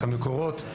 את המקורות,